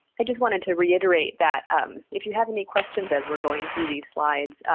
i just wanted to reiterate that um if you have any questions as we're going through these slides,